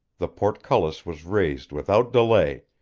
the portcullis was raised without delay,